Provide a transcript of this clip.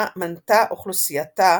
מנתה אוכלוסייתה